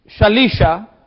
Shalisha